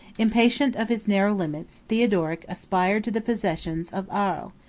impatient of his narrow limits, theodoric aspired to the possession of arles,